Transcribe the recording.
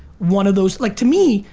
one of those like to me,